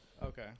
Okay